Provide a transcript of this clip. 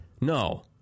No